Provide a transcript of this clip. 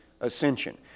ascension